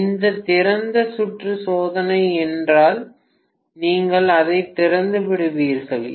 இது திறந்த சுற்று சோதனை என்றால் நீங்கள் அதை திறந்து விடுவீர்கள்